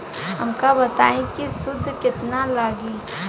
हमका बताई कि सूद केतना लागी?